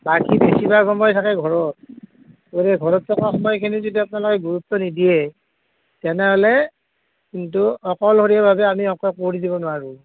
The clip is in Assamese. বাকি বেচিভাগ সময় থাকে ঘৰত যদি ঘৰত থকা সময়খিনিত যদি আপনালোকে গুৰুত্ব নিদিয়ে তেনেহলে কিন্তু অকলশৰীয়া ভাৱে আমি একো কৰি দিব নোৱাৰোঁ